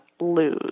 lose